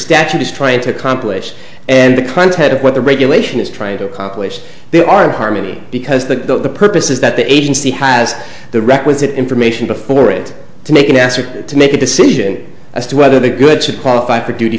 statute is trying to accomplish and the content of what the regulation is trying to accomplish they are in harmony because the purpose is that the agency has the requisite information before it to make an effort to make a decision as to whether the goods should qualify for duty